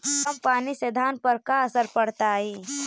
कम पनी से धान पर का असर पड़तायी?